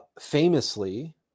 famously